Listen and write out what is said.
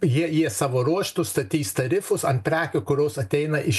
jie jie savo ruožtu statys tarifus ant prekių kurios ateina iš